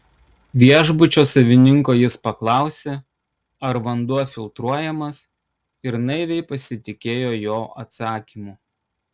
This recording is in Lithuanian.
viešbučio savininko jis paklausė ar vanduo filtruojamas ir naiviai pasitikėjo jo atsakymu